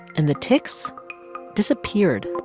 and the tics disappeared